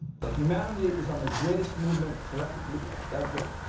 that humanity is on the greatest movement, collectively ever.